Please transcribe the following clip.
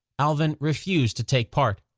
alvin refused to take part.